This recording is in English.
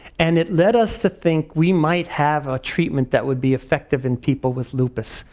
and it led us to think we might have a treatment that would be effective in people with lupus.